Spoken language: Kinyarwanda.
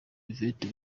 yvette